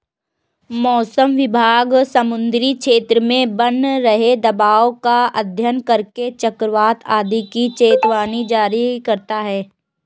मौसम विभाग समुद्री क्षेत्र में बन रहे दबाव का अध्ययन करके चक्रवात आदि की चेतावनी जारी करता है